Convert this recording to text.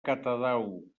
catadau